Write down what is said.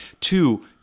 two